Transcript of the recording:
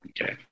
okay